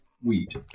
wheat